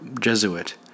Jesuit